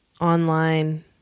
online